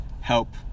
help